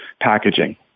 packaging